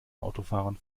autofahrern